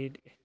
এতিয়া